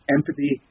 Empathy